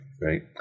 right